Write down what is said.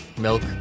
milk